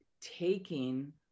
taking